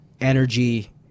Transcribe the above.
energy